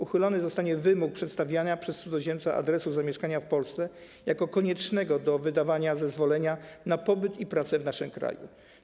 Uchylony zostanie wymóg przedstawiania przez cudzoziemca adresu zamieszkania w Polsce jako koniecznego do wydania zezwolenia na pobyt i pracę w naszym kraju.